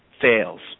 fails